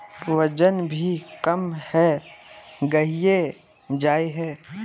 वजन भी कम है गहिये जाय है?